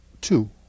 two